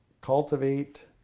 cultivate